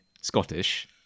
Scottish